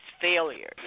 failures